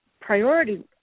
priority